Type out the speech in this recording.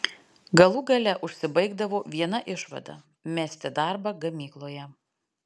galų gale užsibaigdavo viena išvada mesti darbą gamykloje